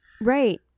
Right